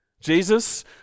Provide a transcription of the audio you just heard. Jesus